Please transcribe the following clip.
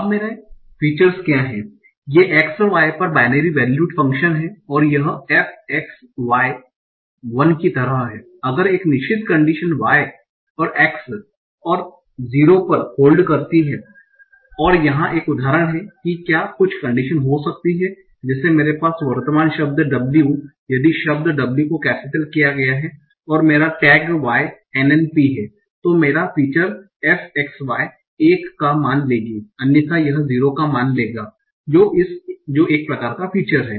अब मेरे फीचर्स क्या हैं ये x और y पर बाइनरी वैल्यूड फंक्शन्स हैं और यह f x y 1 की तरह है अगर एक निश्चित कंडीशन x और y और 0 पर होल्ड करती है और यहाँ एक उदाहरण है कि क्या कुछ कंडीशन हो सकती हैं जैसे मेरे पास वर्तमान शब्द w यदि शब्द w को कैपिटल किया गया है और मेरा टैग y NNP है तो मेरा फीचर्स fxy 1 का मान लेगी अन्यथा यह 0 का मान लेगा जो एक प्रकार का फीचर है